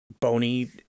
bony